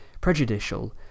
prejudicial